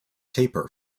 taper